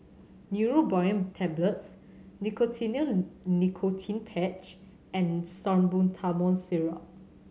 Neurobion Tablets Nicotinell Nicotine Patch and Salbutamol Syrup